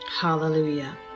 hallelujah